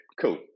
cool